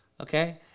okay